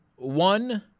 One